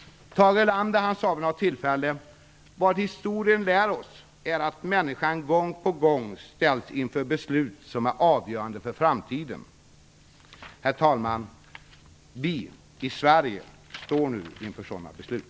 Tage Erlander sade vid ett tillfälle att vad historien lär oss är att människan gång på gång ställs inför beslut som är avgörande för framtiden. Herr talman! Vi i Sverige står nu inför sådana beslut.